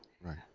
Right